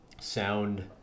sound